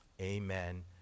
amen